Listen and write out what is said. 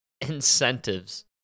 Incentives